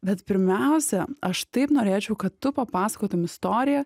bet pirmiausia aš taip norėčiau kad tu papasakotum istoriją